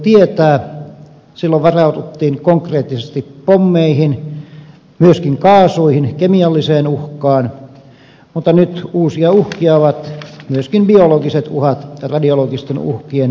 silloin varauduttiin konkreettisesti pommeihin myöskin kaasuihin kemialliseen uhkaan mutta nyt uusia uhkia ovat myöskin biologiset uhat radiologisten uhkien ohella